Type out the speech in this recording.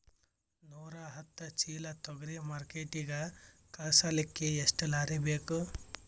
ನೂರಾಹತ್ತ ಚೀಲಾ ತೊಗರಿ ಮಾರ್ಕಿಟಿಗ ಕಳಸಲಿಕ್ಕಿ ಎಷ್ಟ ಲಾರಿ ಬೇಕು?